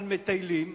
על מטיילים,